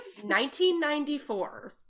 1994